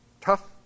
tough